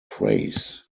praise